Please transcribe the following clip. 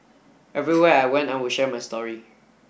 everywhere I went I would share my story